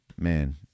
Man